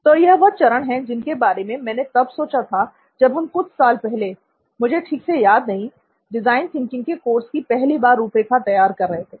तो यह वह चरण है जिनके बारे में मैंने तब सोचा था जब हम कुछ साल पहले मुझे ठीक से याद नहीं डिज़ाइन थिंकिंग के कोर्स की पहली बार रूपरेखा तैयार कर रहे थे